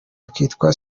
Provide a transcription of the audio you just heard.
akitwa